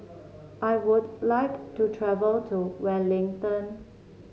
I would like to travel to Wellington